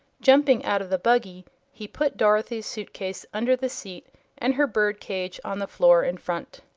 jumping out of the buggy he put dorothy's suit-case under the seat and her bird-cage on the floor in front.